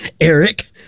Eric